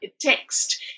Text